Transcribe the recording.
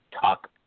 talk